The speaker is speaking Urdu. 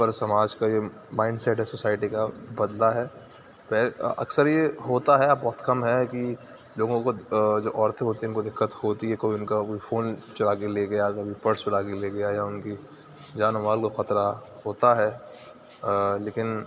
پر سماج کا یہ مائنڈ سیٹ ہے سوسائٹی کا بدلا ہے اکثر یہ ہوتا ہے اب بہت کم ہے کہ لوگوں کو جو عورتیں ہوتی ہیں ان کو دقت ہوتی ہے کوئی ان کا کوئی فون چرا کے لے گیا کوئی پرس چرا کے لے گیا یا ان کی جان و مال کو خطرہ ہوتا ہے لیکن